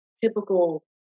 typical